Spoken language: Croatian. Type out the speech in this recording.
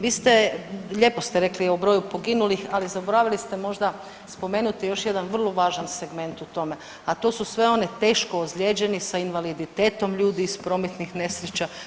Vi ste, lijepo ste rekli o broju poginulih, ali zaboravili ste možda spomenuti još jedan vrlo važan segment u tome, a to su sve oni teško ozlijeđeni sa invaliditetom, ljudi iz prometnih nesreća.